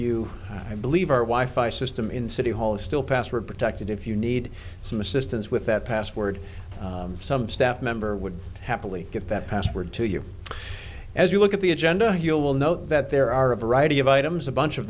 you believe our wife i system in city hall is still password protected if you need some assistance with that password some staff member would happily get that password to you as you look at the agenda you will note that there are a variety of items a bunch of